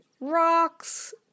rocks